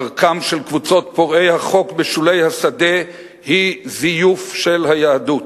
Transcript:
דרכן של קבוצות פורעי החוק בשולי השדה היא זיוף של היהדות.